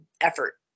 effort